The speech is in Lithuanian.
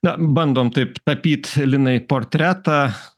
na bandom taip tapyt linai portretą